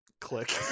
Click